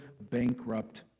bankrupt